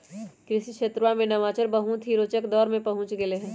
कृषि क्षेत्रवा में नवाचार बहुत ही रोचक दौर में पहुंच गैले है